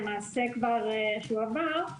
שלמעשה עבר,